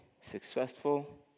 successful